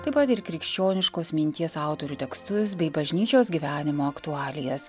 taip pat ir krikščioniškos minties autorių tekstus bei bažnyčios gyvenimo aktualijas